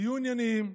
תהיו ענייניים,